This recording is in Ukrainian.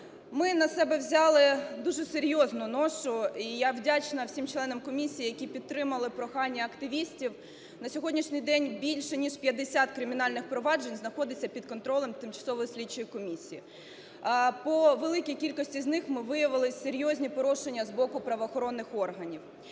ми на себе взяли дуже серйозну ношу. І я вдячна всім членам комісії, які підтримали прохання активістів. На сьогоднішній день більше ніж 50 кримінальних проваджень знаходиться під контролем тимчасової слідчої комісії, по великій кількості з них ми виявили серйозні порушення з боку правоохоронних органів.